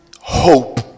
hope